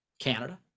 Canada